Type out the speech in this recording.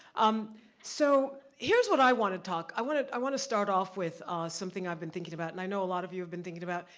um so here's what i wanna talk, i wanna i wanna start off with something i've been thinking about, and i know a lot of you have been thinking about.